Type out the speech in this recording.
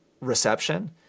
reception